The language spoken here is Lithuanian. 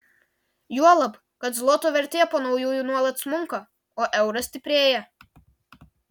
juolab kad zloto vertė po naujųjų nuolat smunka o euras stiprėja